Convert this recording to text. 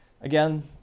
again